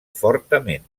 fortament